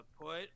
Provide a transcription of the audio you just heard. put